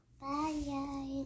Bye